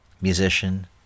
musician